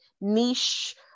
niche